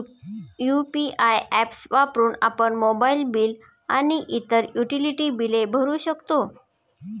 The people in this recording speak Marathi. यु.पी.आय ऍप्स वापरून आपण मोबाइल बिल आणि इतर युटिलिटी बिले भरू शकतो